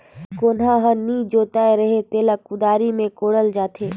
कोनहा हर नी जोताए रहें तेला कुदारी मे कोड़ल जाथे